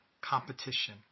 competition